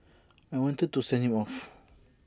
I wanted to send him off